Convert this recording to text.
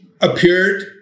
appeared